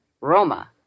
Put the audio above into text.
Roma